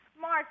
Mark